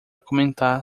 comentar